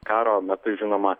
karo metu žinoma